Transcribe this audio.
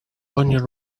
onion